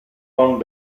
con